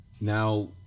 Now